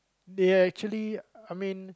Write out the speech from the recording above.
they are actually I mean